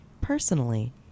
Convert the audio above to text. personally